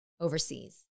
overseas